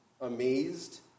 amazed